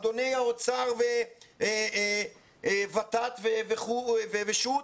אדוני האוצר ו-ות"ת ושות'.